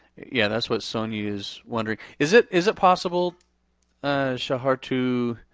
yeah that's what sonya is wondering. is it is it possible shahar to,